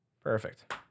perfect